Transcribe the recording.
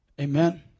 Amen